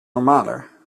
normaler